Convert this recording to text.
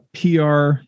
PR